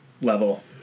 level